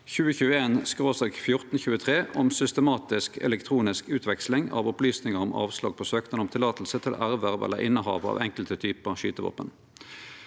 2021/ 1423 om systematisk elektronisk utveksling av opplysningar om avslag på søknad om tillating til erverv eller innehav av enkelte typar skytevåpen.